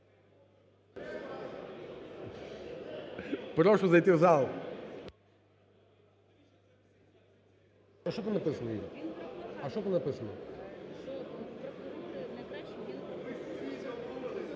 Прошу зайти в зал.